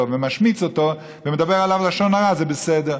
ומשמיץ אותו ומדבר עליו לשון הרע זה בסדר?